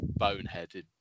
boneheaded